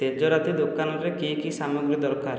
ତେଜରାତି ଦୋକାନରେ କି କି ସାମଗ୍ରୀ ଦରକାର